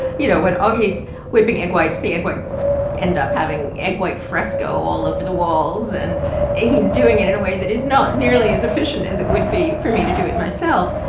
you know, when augie's whipping egg whites, the egg whites end up having egg white fresco all over the walls, and he's doing it in a way that is not nearly as efficient as it would be for me to do it myself.